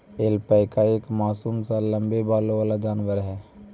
alpaca एक मासूम सा लम्बे बालों वाला जानवर है